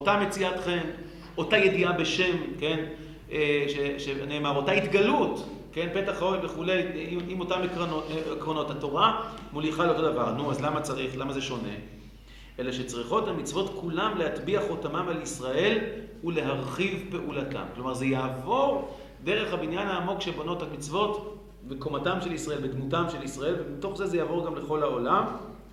אותה מציאת חן, אותה ידיעה בשם, כן, שנאמר, אותה התגלות, כן, פתח חוי וכו', עם אותן עקרונות התורה, מוליכה לאותו דבר. נו, אז למה צריך, למה זה שונה? אלא שצריכות המצוות כולם להטביע חותמם על ישראל ולהרחיב פעולתם. כלומר, זה יעבור דרך הבניין העמוק שבונות את המצוות בקומתם של ישראל, בדמותם של ישראל, ומתוך זה זה יעבור גם לכל העולם.